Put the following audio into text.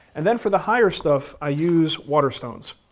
and then for the higher stuff, i use water stones,